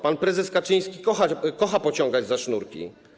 Pan prezes Kaczyński kocha pociągać za sznurki.